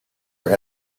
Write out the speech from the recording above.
are